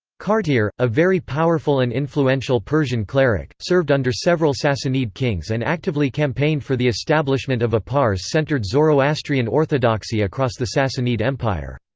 kartir, a very powerful and influential persian cleric, served under several sassanid kings and actively campaigned for the establishment of a pars-centred zoroastrian orthodoxy across the sassanid empire.